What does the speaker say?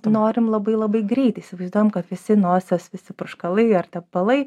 norim labai labai greitai įsivaizduojam kad visi nosies visi purškalai ar tepalai